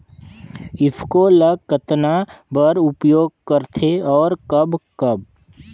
ईफको ल कतना बर उपयोग करथे और कब कब?